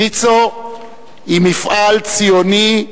ויצו הוא מפעל ציוני,